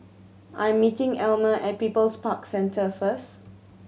I'm meeting Elma at People's Park Centre first